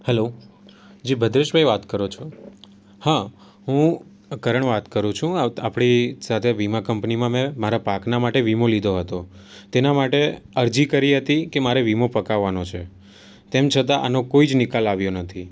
hello જી ભદ્રેશભાઈ વાત કરો છો હાં હું કરણ વાત કરું છું આપણી સાથે વીમા કંપનીમાં મેં મારા પાકના માટે વીમો લીધો હતો તેના માટે અરજી કરી હતી કે મારે વીમો પકાવવાનો છે તેમ છતાં આનો કોઈ જ નિકાલ આવ્યો નથી